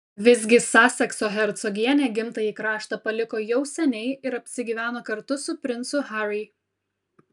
visgi sasekso hercogienė gimtąjį kraštą paliko jau seniai ir apsigyveno kartu su princu harry